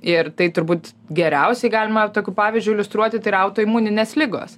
ir tai turbūt geriausiai galima tokiu pavyzdžiu iliustruoti tai yra autoimuninės ligos